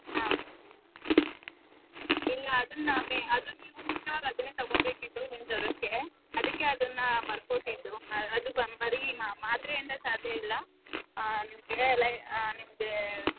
ಹಾಂ ಇಲ್ಲ ಅದನ್ನು ಬೆ ಅದನ್ನು ನೀವು ಹುಷಾರು ಅದನ್ನೇ ತೊಗೊಳ್ಬೇಕಿತ್ತು ನಿಮ್ಮ ಜ್ವರಕ್ಕೆ ಅದಕ್ಕೆ ಅದನ್ನು ಬರ್ಕೊಟ್ಟಿದ್ದು ಅದು ಬರ್ ಬರೀ ಮಾ ಮಾತ್ರೆಯಿಂದ ಸಾಧ್ಯ ಇಲ್ಲ ಲೈ ನಿಮಗೆ